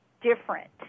different